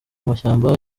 mashyamba